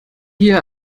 hier